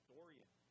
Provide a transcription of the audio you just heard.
Dorian